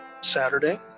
Saturday